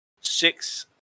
six